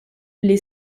les